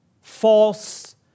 False